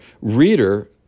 Reader